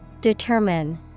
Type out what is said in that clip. Determine